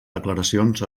declaracions